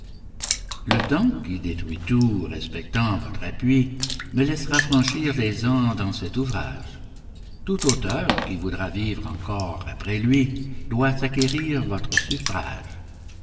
le temps qui détruit tout respectant votre appui me laissera franchir les ans dans cet ouvrage tout auteur qui voudra vivre encore après lui doit s'acquérir votre suffrage